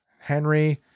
Henry